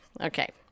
Okay